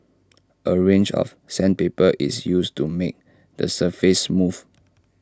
A range of sandpaper is used to make the surface smooth